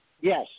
Yes